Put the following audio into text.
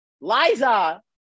liza